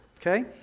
Okay